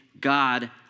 God